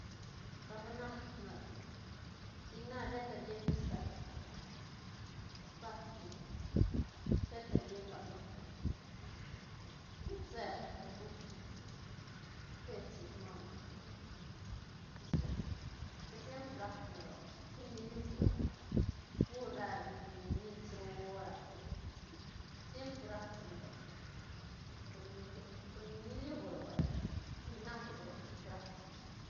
Rac na ne rni banga chic na sheta rieñ vista lo banga bcaine sheta rieñ balo banga pront se banga guitk banga te si smama sua na- sua na siempr rac ne roc hui niliu roc pur ra nis roo rac roc siempr rac ne roc por ni riab por ni niliu roc vay ni nal roc chic rac ne.